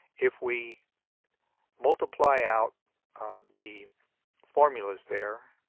if we multiply out um the formulas there